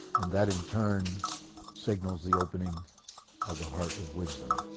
and that in turn signals the opening of the heart of wisdom.